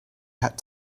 had